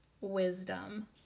wisdom